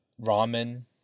ramen